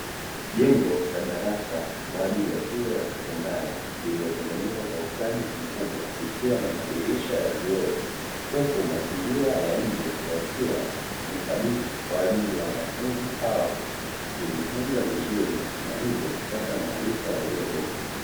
Jengo la darasa kwa ajili ya shule ya sekondari lililotengenezwa kwa ustadi mkubwa, likiwa na madirisha ya vioo huku mazingira ya nje yakiwa ni thabiti kwa ajili ya wanafunzi hao kujifunza vizuri, na hivyo kupata maarifa yaliyo bora.